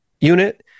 unit